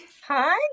Hi